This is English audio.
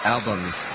Albums